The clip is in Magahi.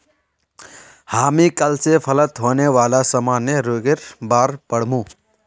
हामी कल स फलत होने वाला सामान्य रोगेर बार पढ़ मु